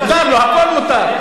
מותר לו, הכול מותר.